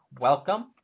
welcome